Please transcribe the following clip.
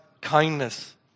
kindness